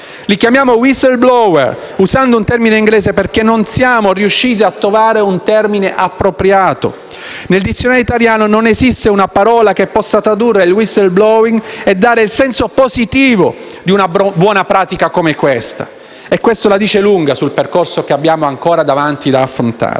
Li chiamiamo *whistleblower*, usando un termine inglese, perché non siamo riusciti a trovare un termine appropriato. Nel dizionario italiano non esiste una parola che possa tradurre il *whistleblowing* e dare il senso positivo di una buona pratica e questo la dice lunga sul percorso che dobbiamo ancora affrontare.